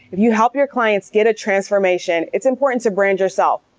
if you help your clients get a transformation, it's important to brand yourself.